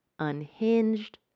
unhinged